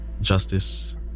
justice